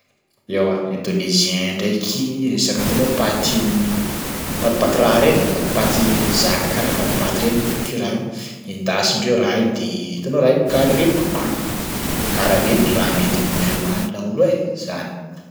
Eoa indonésien ndraiky resaka hitanao paty patipaty raha reny e, patipaty zaka karaha patipaty reny. Bakeo raha io endasindreo raha iny dia hitanao raha io mikarepoka kro karaha reny raha mety amindreo any laolo e! zany.